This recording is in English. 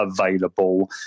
available